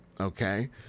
okay